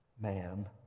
man